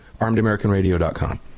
ArmedAmericanRadio.com